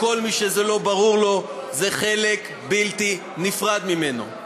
לכל מי שזה לא ברור לו, הוא חלק בלתי נפרד ממנה.